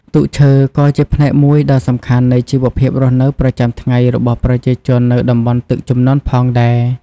ទូកឈើក៏ជាផ្នែកមួយដ៏សំខាន់នៃជីវភាពរស់នៅប្រចាំថ្ងៃរបស់ប្រជាជននៅតំបន់ទឹកជំនន់ផងដែរ ។